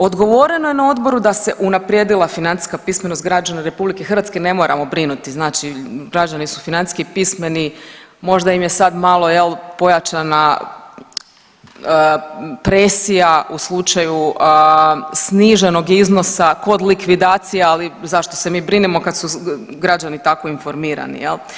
Odgovoreno je na odboru da se unaprijedila financijska pismenost građana RH ne moramo brinuti znači građani su financijski pismeni, možda im je sad malo pojačana presija u slučaju sniženog iznosa kod likvidacija, ali zašto se mi brinemo kad su građani tako informirani.